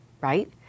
right